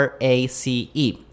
race